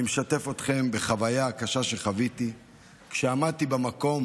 אני משתף אתכם בחוויה הקשה שחוויתי כשעמדתי במקום